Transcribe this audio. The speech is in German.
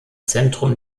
zentrum